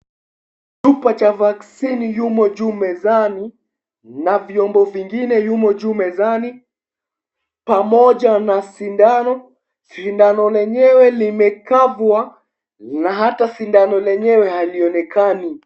Chupa cha vaksini yumo juu mezani na vyombe vingine yumo juu mezani pamoja na sindano. sindano lenyewe limekabwa na hata sindano lenyewe halionekani.